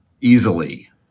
easily